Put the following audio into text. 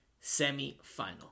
semi-final